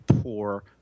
poor